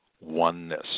Oneness